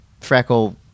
freckle